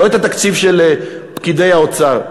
ולא את התקציב של פקידי האוצר.